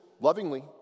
lovingly